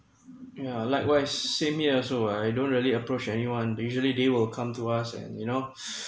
yeah likewise same here also I don't really approach anyone usually they will come to us and you know